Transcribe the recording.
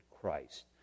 Christ